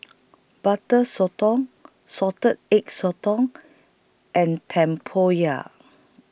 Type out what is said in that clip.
Butter Sotong Salted Egg Sotong and Tempoyak